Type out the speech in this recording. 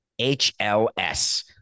HLS